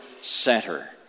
Center